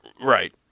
Right